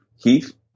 Keith